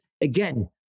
again